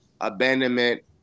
abandonment